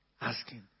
asking